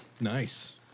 Nice